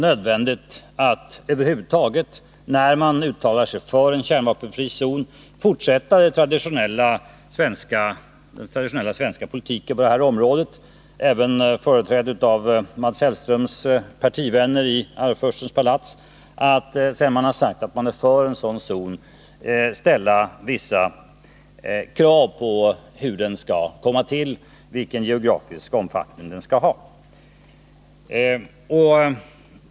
När man uttalar sig för en kärnvapenfri zon är det nog nödvändigt att över huvud taget fortsätta den traditionella svenska politiken på detta område, som innebär att man sedan man har sagt att man är för en sådan zon måste ställa vissa krav på hur den skall komma till och vilken geografisk omfattning den skall ha.